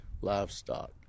livestock